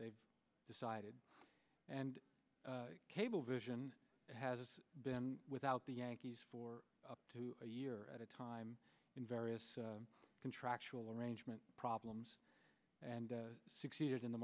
they've decided and cablevision has been without the yankees for up to a year at a time in various contractual arrangement problems and six years in the